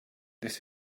this